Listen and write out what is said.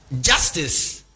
Justice